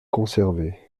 conservés